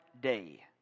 day